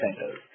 centers